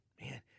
Man